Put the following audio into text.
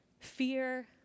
fear